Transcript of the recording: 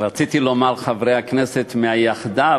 רציתי לומר "חברי הכנסת מהיחדה",